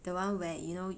the one where you know